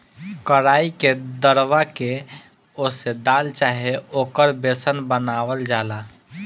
कराई के दरवा के ओसे दाल चाहे ओकर बेसन बनावल जाला